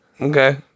Okay